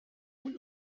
ull